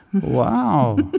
Wow